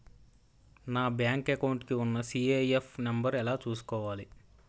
నా bank account కి ఉన్న సి.ఐ.ఎఫ్ నంబర్ ఎలా చూసుకోవాలి?